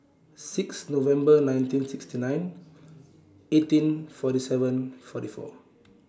six November nineteen sixty nine eighteen forty seven forty four